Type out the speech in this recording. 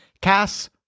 Cass